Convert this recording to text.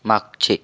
मागचे